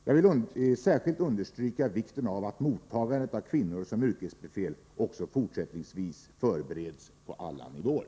Jag vill särskilt understryka vikten av att mottagandet av kvinnor som yrkesbefäl också fortsättningsvis förbereds på alla nivåer.